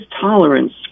tolerance